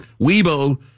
Weibo